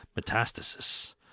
Metastasis